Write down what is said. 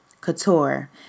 couture